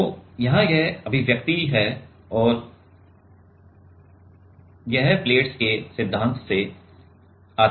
तो यहाँ यह अभिव्यक्ति है और यह प्लेट्स के सिद्धांत से आता है